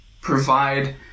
provide